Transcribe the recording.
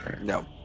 No